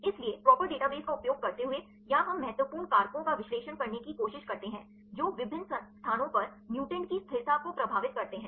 इसलिए proper database का उपयोग करते हुए या हम महत्वपूर्ण कारकों का विश्लेषण करने की कोशिश करते हैं जो विभिन्न स्थानों पर म्यूटेंट की स्थिरता को प्रभावित करते हैं